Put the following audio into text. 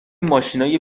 ماشینای